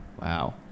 Wow